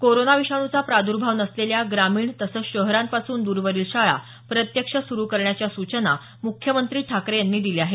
corona विषाणुचा प्रादुर्भाव नसलेल्या ग्रामीण तसंच शहरांपासून दुरवरील शाळा प्रत्यक्ष सुरु करण्याच्या सूचना मुख्यमंत्री ठाकरे यांनी दिल्या आहेत